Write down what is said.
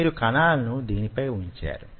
మీరు కణాలను దీని పై వుంచారు